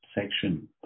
section